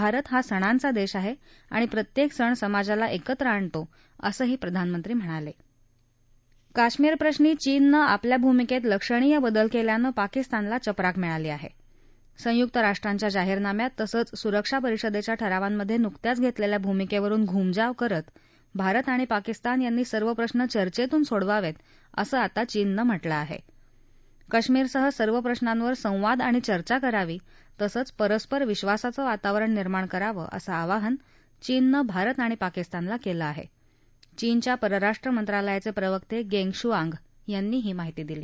भारत हा सणांचा दक्षी आहा आणि प्रत्यक्त सण समाजाला एकत्र आणतो असं प्रधानमंत्री म्हणाल कश्मीरप्रश्री चीननं आपल्या भूमिक्ती लक्षणीय बदल कल्यानं पाकिस्तानला चपराक मिळाली आहा अंयुक्त राष्ट्रांचा जाहीरनामा तसंच सुरक्षा परिषदच्या ठरावांचा दाखला काढण्याच्या नुकत्याच घत्तलेखी भूमिक्व्रिल घूमजाव करत भारत आणि पाकिस्तान यांनी सर्व प्रश्न परस्पर चर्चेतून सोडवावती असं आता चीननं म्हटलं आह केश्मीरसह सर्व प्रश्नावर संवाद आणि चर्चा करावी तसंच परस्पर विधासाचं वातावरण निर्माण करावं असं आवाहन चीननं भारत आणि पाकिस्तानला कलि आहा झीनच्या परराष्ट्र मंत्रालयाच प्रिवर्त धेंग शुआंग यांनी ही माहिती दिली